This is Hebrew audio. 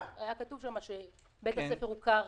היה כתוב שם שבית הספר הוכר